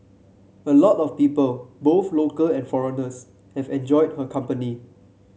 a lot of people both local and foreigners have enjoyed her company